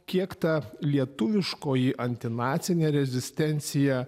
kiek ta lietuviškoji antinacinė rezistencija